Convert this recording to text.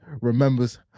remembers